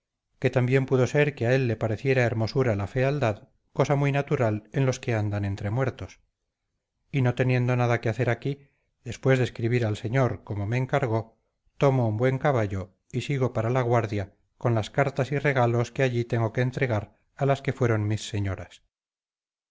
que también pudo ser que a él le pareciera hermosura la fealdad cosa muy natural en los que andan entre muertos y no teniendo nada que hacer aquí después de escribir al señor como me encargó tomo un buen caballo y sigo para la guardia con las cartas y regalos que allí tengo que entregar a las que fueron mis señoras